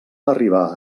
arribar